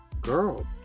girl